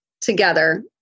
together